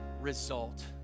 result